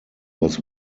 was